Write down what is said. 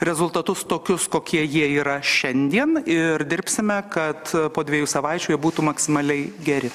rezultatus tokius kokie jie yra šiandien ir dirbsime kad po dviejų savaičių jie būtų maksimaliai geri